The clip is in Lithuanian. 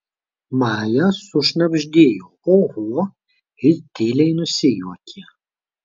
maja sušnabždėjo oho ir tyliai nusijuokė